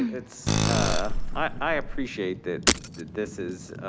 it's ah i appreciate that that this is